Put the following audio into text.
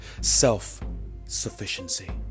Self-sufficiency